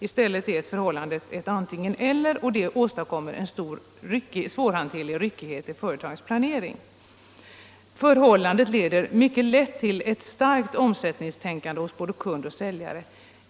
I stället är förhållandet ett antingen/eller som tillsammans med de stora ordersummorna kan ge en svårhanterlig ryckighet i företagens planering. Förhållandet leder mycket lätt till ett starkt omsättningstänkande hos både kund och säljare.